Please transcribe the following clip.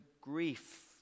grief